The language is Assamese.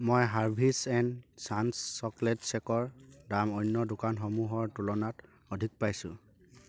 মই হাৰ্ভীছ এণ্ড চান্ছ চকলেট শ্বেকৰ দাম অন্য দোকানসমূহৰ তুলনাত অধিক পাইছোঁ